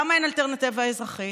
למה אין אלטרנטיבה אזרחית?